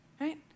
right